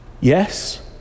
Yes